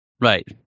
right